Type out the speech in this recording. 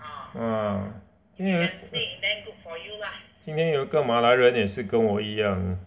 ah 因为今天有个马来人也是跟我一样